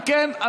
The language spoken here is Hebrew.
אם כן,